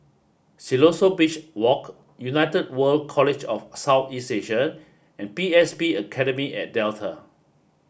Siloso Beach Walk United World College of South East Asia and P S B Academy at Delta